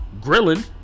grilling